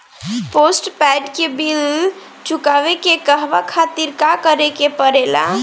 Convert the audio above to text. Postpaid के bill चुकावे के कहवा खातिर का करे के पड़ें ला?